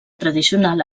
tradicional